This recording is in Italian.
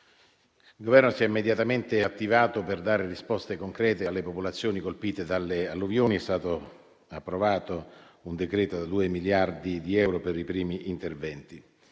Il Governo si è immediatamente attivato per dare risposte concrete alle popolazioni colpite dalle alluvioni: è stato approvato un decreto da 2 miliardi di euro per i primi interventi.